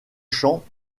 champs